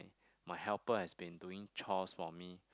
my helper has been doing chores for me